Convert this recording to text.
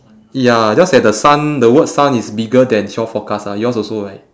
ya just that the sun the word sun is bigger than shore forecast ah yours also right